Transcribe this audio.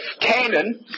Canaan